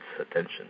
attention